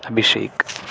Abhishek